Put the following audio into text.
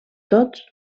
tots